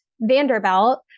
Vanderbilt